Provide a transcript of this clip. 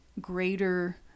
greater